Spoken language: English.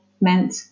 meant